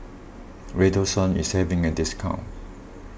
Redoxon is having a discount